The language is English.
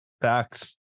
Facts